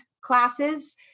classes